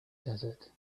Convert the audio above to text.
desert